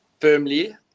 Firmly